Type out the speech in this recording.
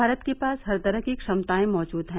भारत के पास हर तरह की क्षमताएं मौजूद है